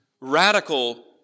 radical